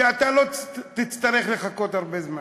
שאתה לא תצטרך לחכות הרבה זמן.